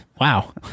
Wow